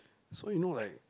so you know like